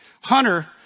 Hunter